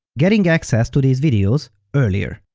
getting access to these videos earlier.